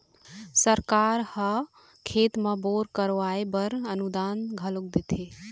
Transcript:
सरकार ह खेत म बोर करवाय बर अनुदान घलोक देथे